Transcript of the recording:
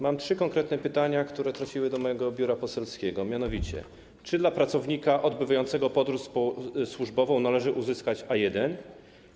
Mam trzy konkretne pytania, które trafiły do mojego biura poselskiego, mianowicie: Czy dla pracownika odbywającego podróż służbową należy uzyskać zaświadczenie A1?